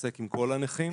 מתעסק עם כל הנכם.